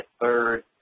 third